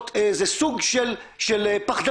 זה סוג של פחדנות.